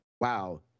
wow